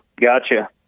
Gotcha